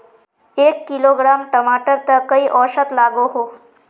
एक किलोग्राम टमाटर त कई औसत लागोहो?